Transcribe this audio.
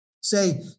say